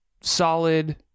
solid